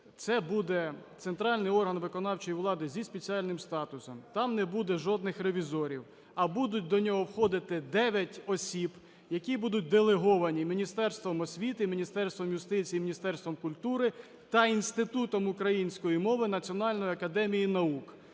Це буде центральний орган виконавчої влади зі спеціальним статусом, там не буде жодних ревізорів, а будуть до нього входити 9 осіб, які будуть делеговані Міністерством освіти, Міністерством юстиції, Міністерством культури та Інститутом української мови Національної академії наук.